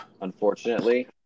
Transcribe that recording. Unfortunately